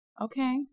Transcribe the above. Okay